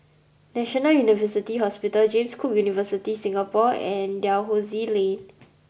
National University Hospital James Cook University Singapore and Dalhousie Lane